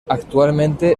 actualmente